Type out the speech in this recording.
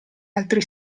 altri